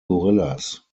gorillas